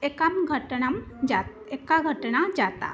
एकं घट्टणं जात् एका घट्टणा जाता